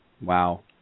Wow